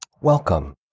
welcome